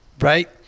Right